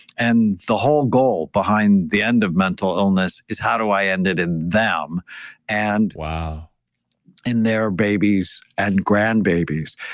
and the whole goal behind the end of mental illness is how do i end it in them and in their babies and grand babies.